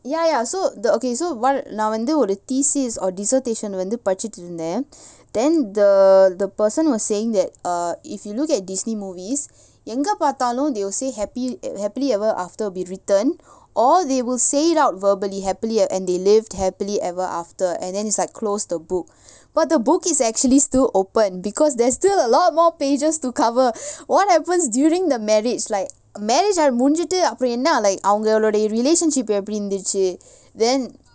ya ya so the okay so நா வந்து ஒரு:naa vanthu oru thesis or dissertation வந்து படிச்சிட்டு இருந்தேன்:vanthu padichittu irunthean then the the person was saying that uh if you look at Disney movies எங்க பாத்தாலும்:enga paathaalum they will say happy happily ever after be written or they will say it out verbally happily and they lived happily ever after and then it's like close the book but the book is actually still open because there's still a lot more pages to cover what happens during the marriage like marriage லாம் முடிஞ்சிட்டு அப்புறம் என்னா:laam mudinjittu appuram enna like அவங்களுடைய:avangaludaiya relationship எப்பிடி இருந்திச்சி:eppidi irunthichi then